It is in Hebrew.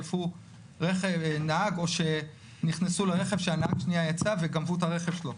שלפו נהג או שנכנסו לרכב כשהנהג שנייה יצא וגנבו את הרכב שלו.